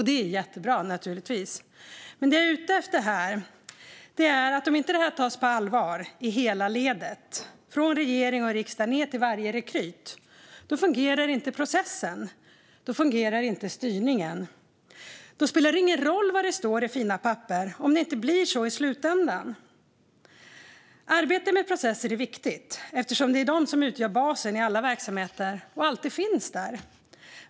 Det är naturligtvis jättebra, men det jag är ute efter är att om inte dessa problem tas på allvar i hela ledet, från regering och riksdag till varje rekryt, fungerar inte processen och inte heller styrningen. Då spelar det ingen roll vad det står i fina papper om det inte blir så i slutändan. Arbetet med processer är viktigt eftersom det är de som utgör basen i alla verksamheter och alltid finns där.